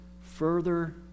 further